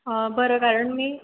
बरं कारण मी